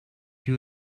you